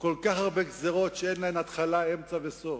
כל כך הרבה גזירות שאין להן התחלה, אמצע וסוף,